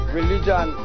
religion